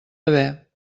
haver